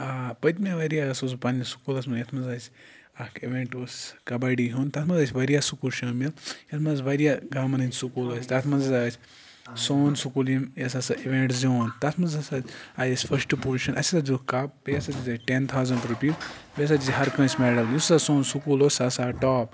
آ پٔتمہِ واریاہ ہَسا اوسُس بہٕ پَننِس سکوٗلَس منٛز یَتھ منٛز آسہِ اَکھ اِوٮ۪نٛٹ اوس کَبَڈی ہُنٛد تَتھ منٛز ٲسۍ واریاہ سکوٗل شٲمِل یَتھ منٛز واریاہ گامَن ہٕنٛدۍ سکوٗل ٲسۍ تَتھ منٛز ہَسا آسہِ سون سکوٗل یِم یہِ سا سُہ اِوٮ۪نٛٹ زیوٗن تَتھ منٛز ہَسا آیہِ اَسہِ فٔسٹہٕ پُزِشَن اَسہِ ہَسا دیُتک کَپ بیٚیہِ ہَسا دِژک ٹٮ۪ن تھَوزَنٛڈ رُپیٖز بیٚیہِ ہَسا دِژ ہَر کٲنٛسہِ مٮ۪ڈَل یُس ہَسا سون سکوٗل اوس سُہ ہَسا آو ٹاپ